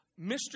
Mr